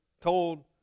told